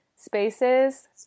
spaces